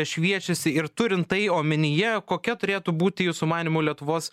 šviečiasi ir turint tai omenyje kokia turėtų būti jūsų manymu lietuvos